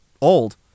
old